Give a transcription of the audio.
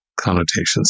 connotations